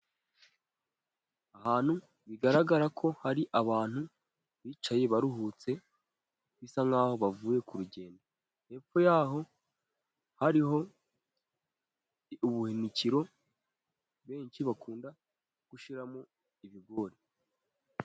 Ahantu bigaragara ko hari abantu bicaye baruhutse bisa nkaho bavuye ku rugendo, hepfo yaho hariho ubuhunikiro benshi bakunda gushyiramo ibigori.